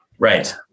Right